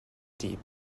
deep